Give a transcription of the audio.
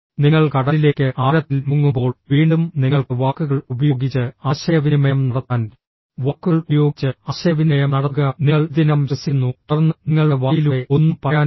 നിങ്ങൾ കടലിലേക്ക് ആഴത്തിൽ മുങ്ങുമ്പോൾ വീണ്ടും നിങ്ങൾക്ക് വാക്കുകൾ ഉപയോഗിച്ച് ആശയവിനിമയം നടത്താൻ വാക്കുകൾ ഉപയോഗിച്ച് ആശയവിനിമയം നടത്തുക നിങ്ങൾ ഇതിനകം ശ്വസിക്കുന്നു തുടർന്ന് നിങ്ങളുടെ വായിലൂടെ ഒന്നും പറയാൻ കഴിയില്ല